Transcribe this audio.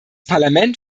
parlament